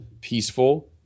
peaceful